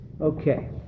Okay